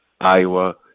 Iowa